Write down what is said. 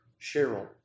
Cheryl